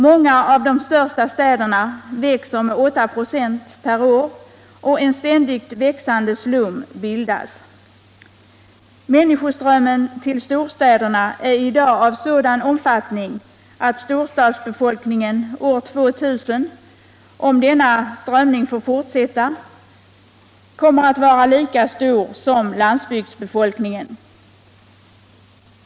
Många av de största städerna växer med 8 26 per år, och en ständigt växande slum bildas. Människoströmmen till storstäderna är i dag av sådan omfattning att storstadsbefolkningen år 2000. om denna strömning får fortsätta, kommer att vara lika stor som landsbygdsbefolkningen.